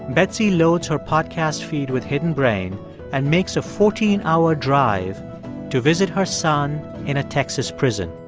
betsy loads her podcast feed with hidden brain and makes a fourteen hour drive to visit her son in a texas prison.